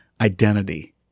Identity